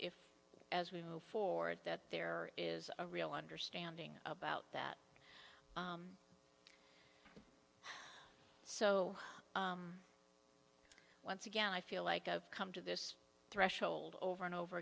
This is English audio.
if as we move forward that there is a real understanding about that so once again i feel like i've come to this threshold over and over